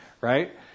right